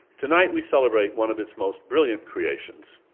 tonight we celebrate one of its most brilliant creations,